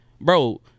bro